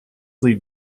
lead